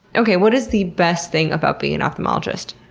okay. what is the best thing about being an ophthalmologist?